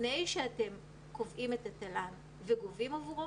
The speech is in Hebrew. לפני שאתם קובעים את התל"ן וגובים עבורו,